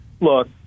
look